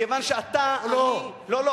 כיוון שאתה לא,